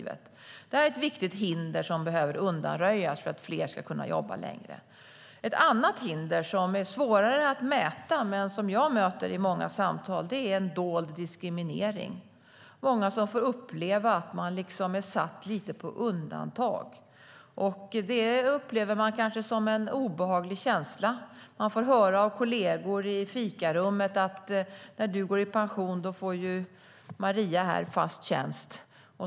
Det här är ett viktigt hinder som behöver undanröjas för att fler ska kunna jobba längre. Ett annat hinder, som är svårare att mäta men som jag möter i många samtal, är en dold diskriminering. Det är många som får uppleva att de liksom är satta lite på undantag. Det upplever man kanske som en obehaglig känsla. Man får höra av kollegor i fikarummet att när du går i pension får ju Maria här fast tjänst.